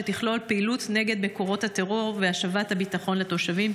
שתכלול פעילות נגד מקורות הטרור והשבת הביטחון לתושבים.